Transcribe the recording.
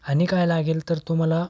आणि काय लागेल तर तु मला